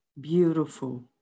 Beautiful